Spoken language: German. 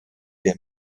der